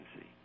see